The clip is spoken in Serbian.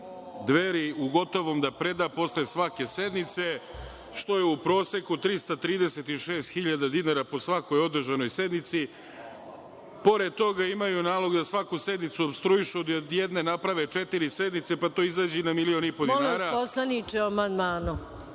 Deveri u gotovom da preda posle svake sednice, što je u proseku 336.000 dinara po svakoj održanoj sednici. Pored toga, imaju nalog svaku sednicu opstrujišu, od jedne naprave četiri sednice, pa to izađe i na milion i po dinara.